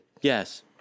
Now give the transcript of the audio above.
Yes